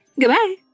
Goodbye